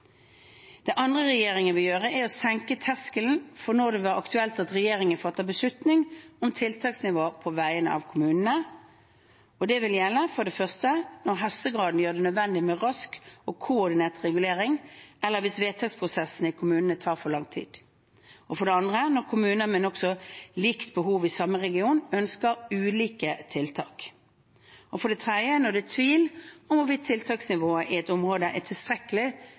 Det andre regjeringen vil gjøre, er å senke terskelen for når det vil være aktuelt at regjeringen fatter beslutning om tiltaksnivå på vegne av kommunene. Det vil gjelde når hastegraden gjør det nødvendig med rask og koordinert regulering, eller hvis vedtaksprosessene i kommunene tar for lang tid når kommuner med nokså like behov i samme region ønsker ulike tiltak når det er tvil om hvorvidt tiltaksnivået i et område er tilstrekkelig